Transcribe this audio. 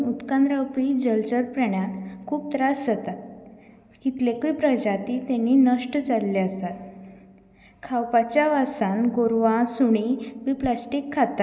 steel आयदनांन जायते आकार आनी जायतीं आयदनां मेळटात तशेंच स्टिलाचीं आयदनां बरोबर आयदन दवरपाची स्टँडां बीन सुद्दां मेळटात